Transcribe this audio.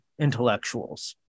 intellectuals